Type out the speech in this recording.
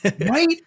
Right